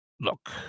Look